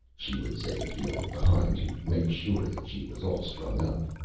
she would say, feeling behind to make sure that she was all strung up,